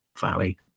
valley